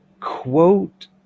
quote